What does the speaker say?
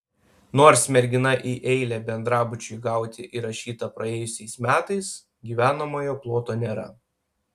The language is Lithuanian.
nors mergina į eilę bendrabučiui gauti įrašyta praėjusiais metais gyvenamojo ploto nėra